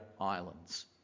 Islands